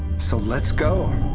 so let's go!